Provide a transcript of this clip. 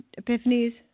epiphanies